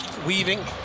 weaving